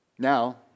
Now